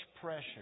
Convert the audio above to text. pressure